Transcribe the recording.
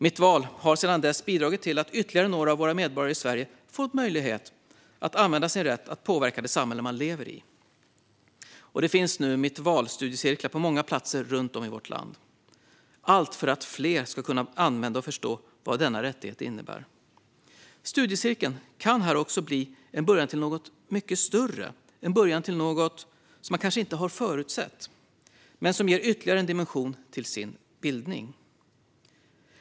Mitt Val har sedan dess bidragit till att ytterligare några av våra medborgare i Sverige fått möjlighet att använda sin rätt att påverka det samhälle man lever i, och det finns nu Mitt Val-studiecirklar på många platser runt om i vårt land - allt för att fler ska kunna använda denna rättighet och förstå vad den innebär. Studiecirkeln kan också bli början till något mycket större, en början till något som man inte har förutsett men som ger ytterligare dimension till ens bildning.